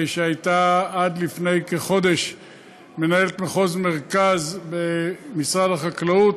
שהייתה עד לפני כחודש מנהלת מחוז מרכז במשרד החקלאות.